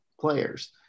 players